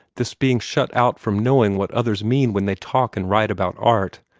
this being shut out from knowing what others mean when they talk and write about art.